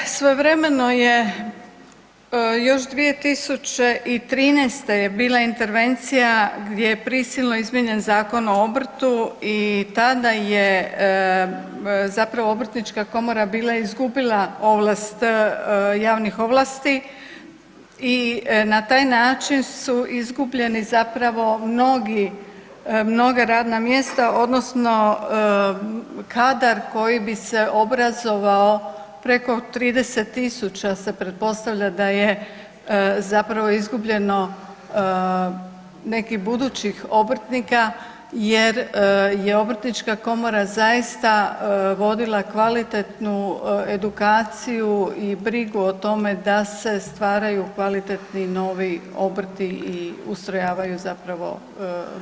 Kolegice, svojevremeno je još 2013. je bila intervencija gdje je prisilno izmijenjen Zakon o obrtu i tada je zapravo obrtnička komora bila izgubila ovlast, javnih ovlasti i na taj način su izgubljeni zapravo mnogi, mnoga radna mjesta odnosno kadar koji bi se obrazovao, preko 30.000 se pretpostavlja da je zapravo izgubljeno nekih budućih obrtnika jer je obrtnička komora zaista vodila kvalitetnu edukaciju i brigu o tome da se stvaraju kvalitetni novi obrti i ustrojavaju zapravo mogućnosti za to.